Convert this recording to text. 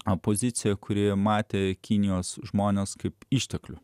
a pozicija kuri matė kinijos žmones kaip išteklių